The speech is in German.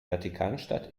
vatikanstadt